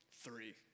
three